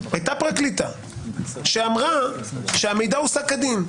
הייתה פרקליטה שאמרה שהמידע הושג כדין.